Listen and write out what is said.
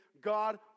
God